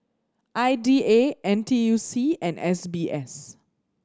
I D A N T U C and S B S